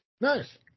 Nice